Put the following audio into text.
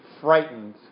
frightened